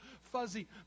fuzzy